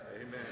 Amen